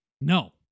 No